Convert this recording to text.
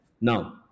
now